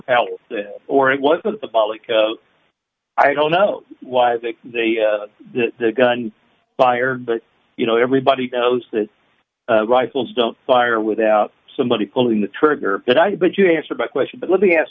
pals or it wasn't the public i don't know why they the gun fired but you know everybody knows that rifles don't fire without somebody pulling the trigger but i but you answered my question but let me ask